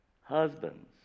Husbands